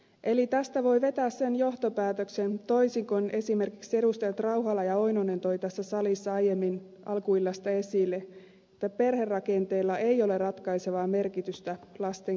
eli tästä voi vetää sen johtopäätöksen toisin kuin esimerkiksi edustajat rauhala ja oinonen toivat tässä salissa aiemmin alkuillasta esille että perherakenteella ei ole ratkaisevaa merkitystä lasten kehitykselle